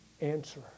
answer